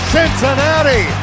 Cincinnati